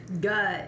Good